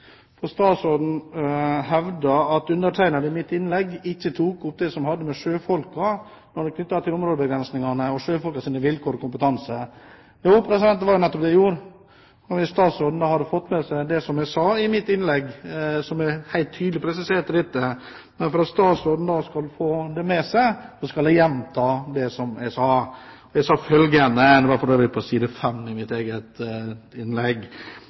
for lisenspengene våre, og det er jo bra. Så får vi la de reklamefinansierte fortsette å produsere på sin måte. Jeg vil gripe fatt i det statsråden sa til slutt i sitt innlegg. Statsråden hevdet at undertegnede i sitt innlegg ikke tok opp det som hadde med sjøfolkene å gjøre, knyttet til områdebegrensningene, og sjøfolkenes vilkår og kompetanse. Jo, det var nettopp det jeg gjorde. Hvis statsråden hadde fått med seg det jeg sa i mitt innlegg, presiserte jeg helt tydelig dette. Men for at statsråden skal få det med seg, skal jeg gjenta det jeg sa.